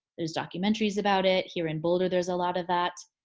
there's documentaries about it. here in boulder, there's a lot of that.